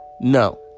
no